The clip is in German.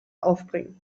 aufbringen